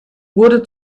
wurde